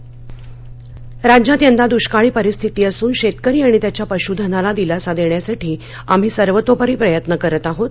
मख्यमंत्री सोलापर राज्यात यंदा दृष्काळी परिस्थिती असून शेतकरी आणि त्याच्या पशूधनला दिलासा देण्यासाठी आम्ही सर्वतोपरी प्रयत्न करीत आहोत